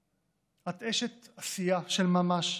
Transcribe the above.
את אשת עשייה של ממש,